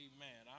Amen